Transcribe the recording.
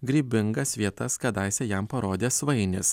grybingas vietas kadaise jam parodė svainis